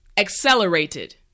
accelerated